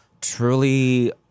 Truly